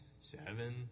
seven